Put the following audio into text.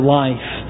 life